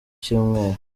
cyumweru